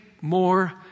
more